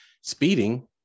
speeding